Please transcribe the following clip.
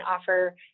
offer